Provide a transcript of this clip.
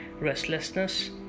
restlessness